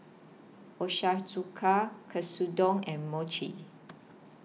Ochazuke Katsudon and Mochi